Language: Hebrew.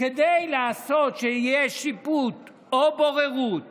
כדי לעשות שיהיה שיפוט או בוררות